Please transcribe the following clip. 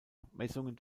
abmessungen